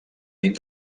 nit